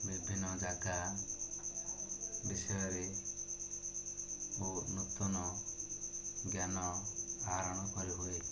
ବିଭିନ୍ନ ଜାଗା ବିଷୟରେ ଓ ନୂତନ ଜ୍ଞାନ ଆହରଣ କରିହୁଏ